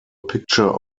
picture